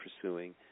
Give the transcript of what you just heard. pursuing